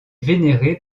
vénérée